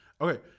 Okay